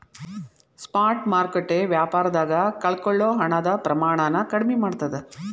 spot ಮಾರುಕಟ್ಟೆ ವ್ಯಾಪಾರದಾಗ ಕಳಕೊಳ್ಳೊ ಹಣದ ಪ್ರಮಾಣನ ಕಡ್ಮಿ ಮಾಡ್ತದ